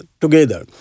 together